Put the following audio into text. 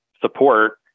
support